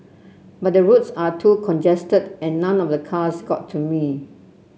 but the roads are too congested and none of the cars got to me